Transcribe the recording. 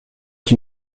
qui